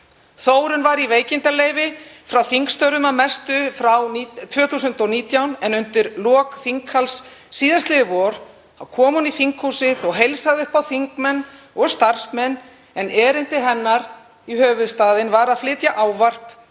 Þórunn var í veikindaleyfi frá þingstörfum að mestu frá 2019 en undir lok þinghalds síðastliðið vor kom hún í þinghúsið og heilsaði upp á þingmenn og starfsmenn, en erindi hennar í höfuðstaðinn var að flytja ávarp